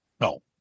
No